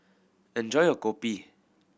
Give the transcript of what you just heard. enjoy your Kopi